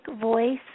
voice